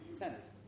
tennis